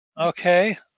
Okay